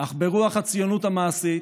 אך ברוח הציונות המעשית,